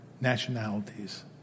nationalities